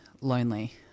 lonely